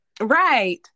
right